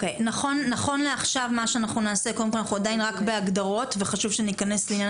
אנחנו עדיין בהגדרות וחשוב שניכנס לעניין